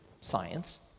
science